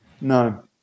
No